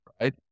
right